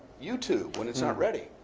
youtube when it's not ready.